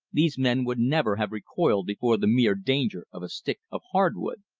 these men would never have recoiled before the mere danger of a stick of hardwood.